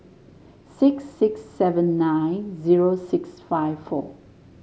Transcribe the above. six six seven nine zero six five four